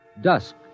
Dusk